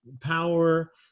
power